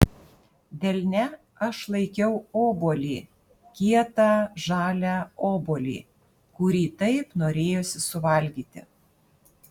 delne aš laikiau obuolį kietą žalią obuolį kurį taip norėjosi suvalgyti